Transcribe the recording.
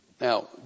Now